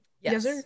Yes